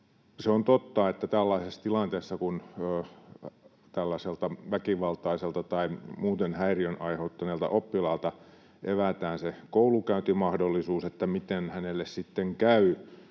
Se on totta, että kun tällaisessa tilanteessa tällaiselta väkivaltaiselta tai muuten häiriön aiheuttaneelta oppilaalta evätään se koulunkäyntimahdollisuus, niin emme voi varmistaa, miten hänelle sitten käy